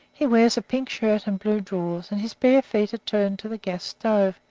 he wears a pink shirt and blue drawers, and his bare feet are turned to the gas-stove,